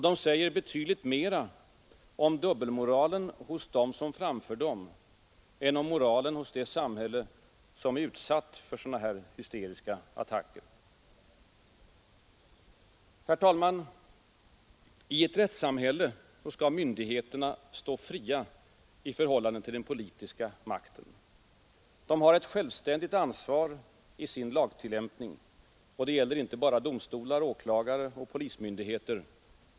De säger betydligt mer om dubbelmoralen hos dem som framför dem än om moralen hos det samhälle som är utsatt för sådana hysteriska attacker. Herr talman! I ett rättssamhälle skall myndigheterna stå fria i förhållande till den politiska makten. De har ett självständigt ansvar i sin lagtillämpning. Det gäller inte bara domstolar, åklagare och polismyndigheter.